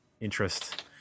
interest